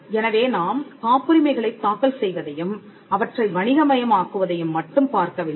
எனவே நாம் காப்புரிமைகளைத் தாக்கல் செய்வதையும் அவற்றை வணிகமயம் ஆக்குவதையும் மட்டும் பார்க்கவில்லை